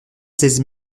seize